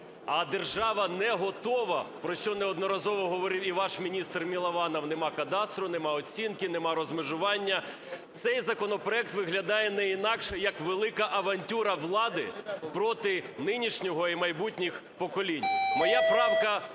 а держава не готова, про що неодноразово говорив і ваш міністр Милованов, немає кадастру, немає оцінки, немає розмежування, цей законопроект виглядає не інакше, як велика авантюра влади проти нинішнього і майбутніх поколінь.